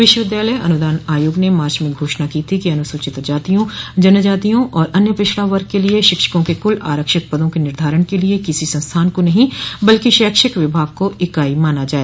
विश्वविद्यालय अनुदान आयोग ने मार्च में घोषणा की थी कि अनुसूचित जातियों जनजातियों और अन्य पिछड़ा वर्ग के लिए शिक्षकों के कुल आरक्षित पदों के निर्धारण के लिए किसी संस्थान को नहीं बल्कि शैक्षिक विभाग को इकाई माना जाए